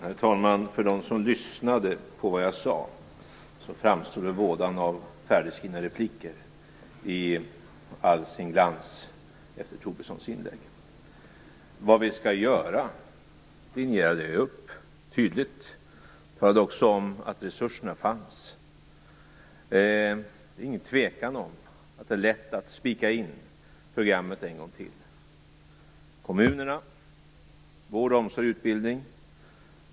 Herr talman! För dem som lyssnade på vad jag sade framstår vådan av färdigskrivna repliker i all sin glans efter Tobissons inlägg. Vad vi skall göra linjerade jag tydligt upp. Jag talade också om att resurserna fanns. Det är ingen tvekan om att det är lätt att spika in programmet en gång till: Kommunerna - vård, omsorg, utbildning.